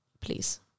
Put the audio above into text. please